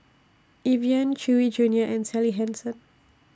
Evian Chewy Junior and Sally Hansen